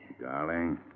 Darling